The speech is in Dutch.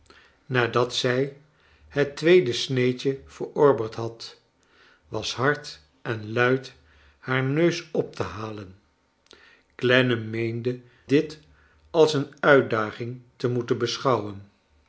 nadat zij het tweede sneedje verorberd had was hard en luid haar neus op te halen clennam meende dit als een uitdaging te moeten beschouwen